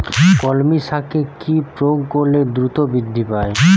কলমি শাকে কি প্রয়োগ করলে দ্রুত বৃদ্ধি পায়?